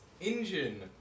engine